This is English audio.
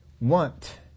want